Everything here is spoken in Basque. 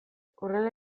horrela